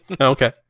Okay